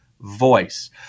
voice